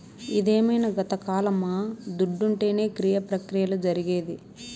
ఇదేమైన గతకాలమా దుడ్డుంటేనే క్రియ ప్రక్రియలు జరిగేది